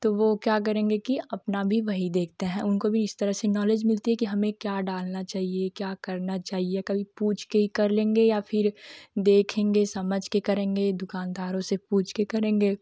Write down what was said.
तो वह क्या करेंगे कि अपना भी वही देखते हैं उनको भी इस तरह से नॉलेज मिलती कि हमें क्या डालना चाहिए क्या करना चाहिए कभी पूछ के ही कर लेंगे या फ़िर देखेंगे समझ के करेंगे दुकानदारों से पूछकर करेंगे